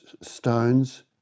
stones